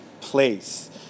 place